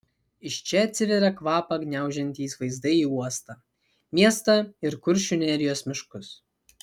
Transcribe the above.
iš čia atsiveria kvapą gniaužiantys vaizdai į uostą miestą ir kuršių nerijos miškus